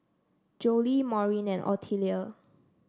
Jolie Maureen and Otelia